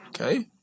Okay